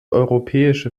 europäische